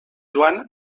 joan